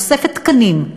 תוספת תקנים,